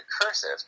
cursive